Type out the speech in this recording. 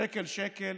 שקל-שקל